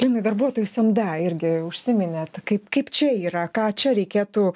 linai darbuotojų samda irgi užsiminėt kaip kaip čia yra ką čia reikėtų